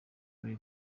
ray